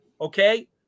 Okay